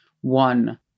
one